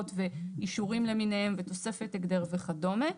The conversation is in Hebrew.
ואישורים למיניהם ותוספת הגדר וכדומה.